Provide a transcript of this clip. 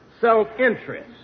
self-interest